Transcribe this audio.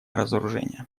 разоружение